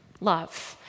Love